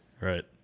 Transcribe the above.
right